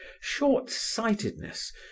short-sightedness